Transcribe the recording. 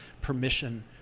permission